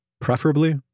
preferably